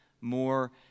more